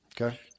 Okay